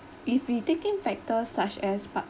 if we take in factors such as part